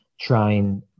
trying